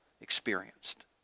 experienced